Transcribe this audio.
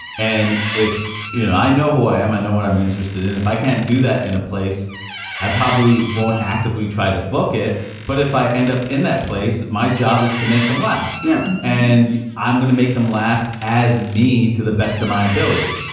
and if you know i know who i am i know what i'm interested in if i can't do that in a place i probably won't actively try to book it but if i end up in that place my job is to make them laugh yeah and i'm going to make them laugh as me to the best of my ability.